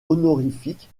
honorifique